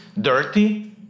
dirty